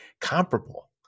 comparable